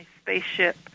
spaceship